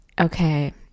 Okay